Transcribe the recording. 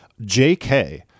Jk